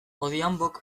odhiambok